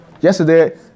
Yesterday